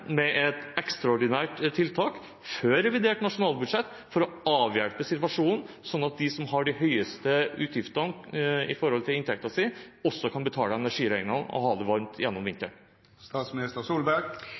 med et ekstraordinært tiltak, før revidert nasjonalbudsjett, for å avhjelpe situasjonen, slik at de med høyest utgifter i forhold til inntekten sin, også kan betale energiregningene og ha det varmt gjennom